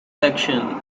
section